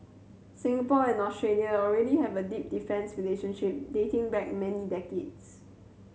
Singapore and Australia already have a deep defence relationship dating back many decades